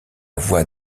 voix